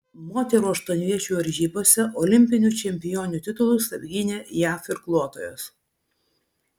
moterų aštuonviečių varžybose olimpinių čempionių titulus apgynė jav irkluotojos